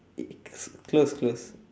it's close close